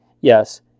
Yes